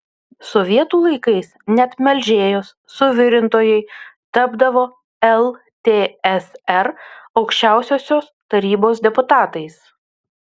sovietų laikais net melžėjos suvirintojai tapdavo ltsr aukščiausiosios tarybos deputatais